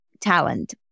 talent